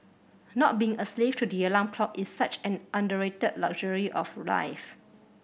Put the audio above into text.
not being a slave to the alarm clock is such an underrated luxury of life